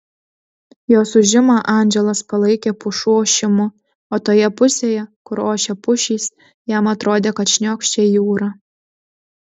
jos ūžimą andželas palaikė pušų ošimu o toje pusėje kur ošė pušys jam atrodė kad šniokščia jūra